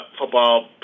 football